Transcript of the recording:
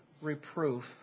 reproof